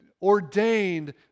ordained